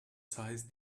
size